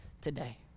today